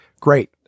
Great